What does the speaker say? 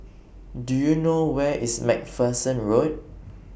Do YOU know Where IS MacPherson Road